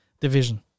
division